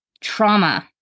trauma